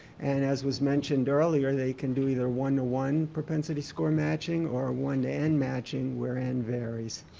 and, as was mentioned earlier, that you can do either one to one propensity score matching or one to n matching where n varies.